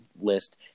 list